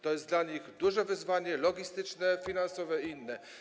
To jest dla nich duże wyzwanie logistyczne, finansowe i inne.